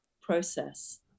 process